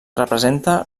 representa